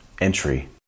entry